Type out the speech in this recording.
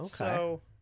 Okay